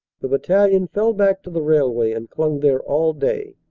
the battalion fell back to the railway and clung there all day.